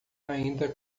ainda